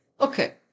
Okay